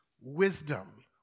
wisdom